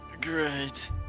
great